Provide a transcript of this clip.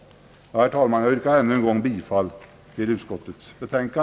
Herr talman! Jag yrkar ännu en gång bifall till utskottets hemställan.